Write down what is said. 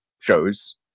shows